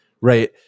right